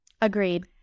agreed